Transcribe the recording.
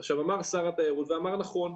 אמר שר התיירות ואמר נכון,